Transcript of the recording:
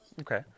okay